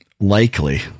Likely